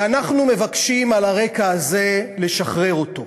ואנחנו מבקשים, על הרקע הזה, לשחרר אותו.